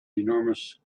enormous